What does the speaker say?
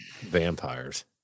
vampires